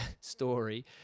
story